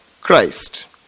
Christ